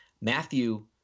Matthew